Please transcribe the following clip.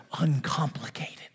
uncomplicated